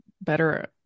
better